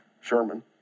Sherman